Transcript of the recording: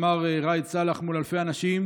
אמר ראאד סלאח מול אלפי אנשים